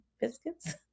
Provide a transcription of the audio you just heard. biscuits